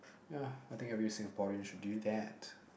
ya I think every Singaporean should do that